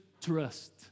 trust